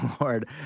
Lord